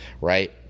right